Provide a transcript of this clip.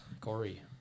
Corey